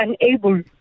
unable